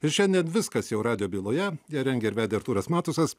ir šiandien viskas jau radijo byloje ją rengė ir vedė artūras matusas